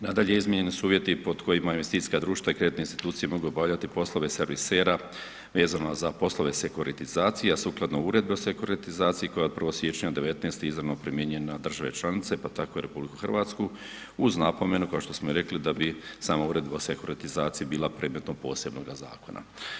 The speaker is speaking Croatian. Nadalje, izmijenjeni su uvjeti pod kojima investicijska društva i kreditne institucije mogu obavljati poslove servisera vezano za poslove sekuritizacije, a sukladno Uredbi o sekuratizaciji koja od 1. siječnja '19. izravno primijenjena na države članice pa tako i RH uz napomenu kao što smo i rekli da bi sama Uredba o sekuratizaciji bila predmetom posebnog zakona.